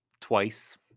twice